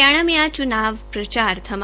हरियाणा में आज चुनाव प्रचार थाम